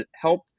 help